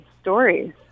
stories